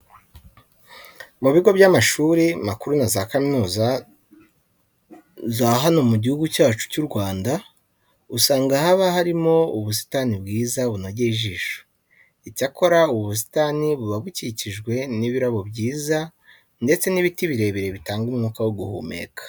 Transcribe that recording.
Mu bigo by'amashuri makuru na za kaminuza za hano mu Gihugu cyacu cy'u Rwanda, usanga haba harimo ubusitani bwiza bunogeye ijisho. Icyakora ubu busitani buba bukikijwe n'ibirabo byiza ndetse n'ibiti birebire bitanga umwuka wo guhumeka.